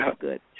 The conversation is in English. good